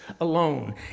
alone